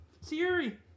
Siri